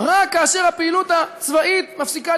רק כאשר הפעילות הצבאית מפסיקה,